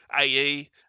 AE